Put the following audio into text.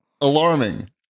alarming